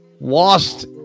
lost